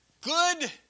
good